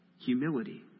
humility